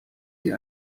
sie